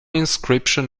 inscription